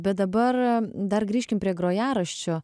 bet dabar dar grįžkim prie grojaraščio